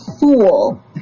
fool